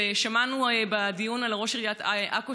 ושמענו בדיון על ראש עיריית עכו,